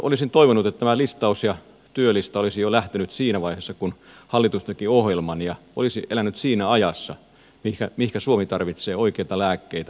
olisin toivonut että tämä listaus työlista olisi lähtenyt jo siinä vaiheessa kun hallitus teki ohjelman ja olisi elänyt siinä ajassa mihinkä suomi tarvitsee oikeita lääkkeitä oikeita tekoja